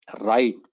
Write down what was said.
right